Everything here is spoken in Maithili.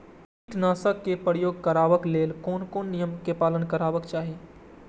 कीटनाशक क प्रयोग करबाक लेल कोन कोन नियम के पालन करबाक चाही?